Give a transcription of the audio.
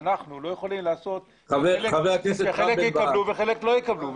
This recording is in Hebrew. אנחנו לא יכולים לעשות שחלק יקבלו וחלק לא יקבלו.